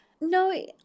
No